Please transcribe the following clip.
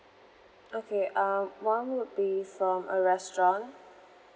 okay um one would be from a restaurant